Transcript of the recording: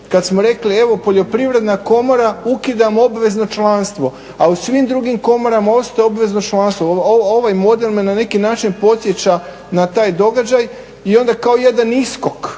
kad smo rekli evo Poljoprivredna komora ukidamo obvezno članstvo, a u svim drugim komorama ostaje obvezno članstvo. Ovaj model me na neki način podsjeća na taj događaj i onda kao jedan iskok